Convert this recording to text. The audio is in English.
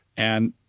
and,